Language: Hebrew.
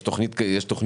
יש תכנית עסקית.